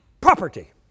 property